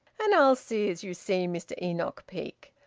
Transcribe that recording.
and i'll see as you see mr enoch peake.